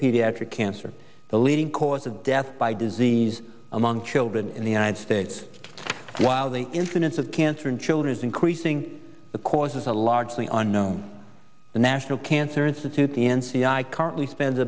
pediatric cancer the leading cause of death by disease among children in the united states while the incidence of cancer in children is increasing the causes are largely unknown the national cancer institute the n c i currently spends